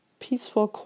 peaceful